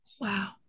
Wow